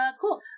Cool